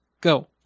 Go